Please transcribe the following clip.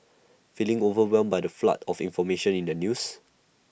feeling overwhelmed by the flood of information in the news